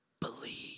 Believe